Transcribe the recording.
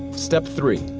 step three.